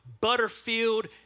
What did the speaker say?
Butterfield